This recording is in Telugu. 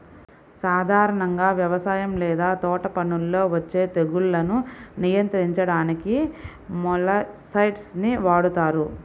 సాధారణంగా వ్యవసాయం లేదా తోటపనుల్లో వచ్చే తెగుళ్లను నియంత్రించడానికి మొలస్సైడ్స్ ని వాడుతారు